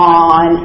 on